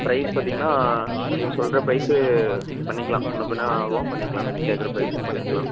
price பார்த்தீங்கன்னா நீங்கள் சொல்கிற ப்ரைஸு பண்ணிக்கலாம் முன்னே பின்னே ஆகும் பண்ணிக்கலாம் நீங்கள் கேட்கற ப்ரைஸுக்கு பண்ணிக்கலாம்